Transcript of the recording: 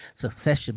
succession